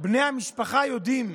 בני המשפחה ידעו,